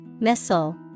missile